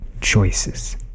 choices